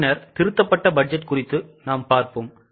பின்னர் திருத்தப்பட்ட பட்ஜெட் குறித்து பார்ப்போம்